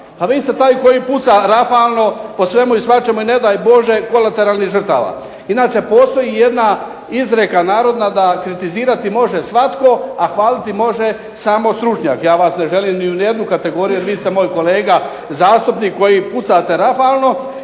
Pa vi ste taj koji puca rafalno po svemu i svačemu i ne daj Bože kolateralnih žrtava. Inače, postoji jedna izreka narodna da kritizirati može svatko, a hvaliti može samo stručnjak. Ja vas ne želim ni u jednu kategoriju jer vi ste moj kolega zastupnik koji pucate rafalno